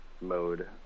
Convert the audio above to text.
mode